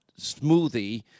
smoothie